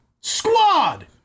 Squad